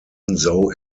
though